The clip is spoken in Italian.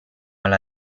alla